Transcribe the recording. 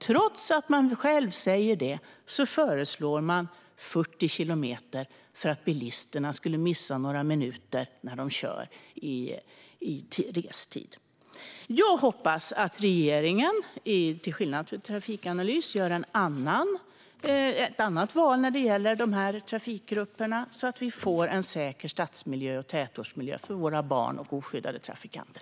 Trots att Trafikanalys själv säger detta föreslår man 40 kilometer därför att bilisterna skulle missa några minuter i restid. Jag hoppas att regeringen, till skillnad från Trafikanalys, gör ett annat val för dessa trafikgrupper så att vi får en säker stadsmiljö och tätortsmiljö för våra barn och oskyddade trafikanter.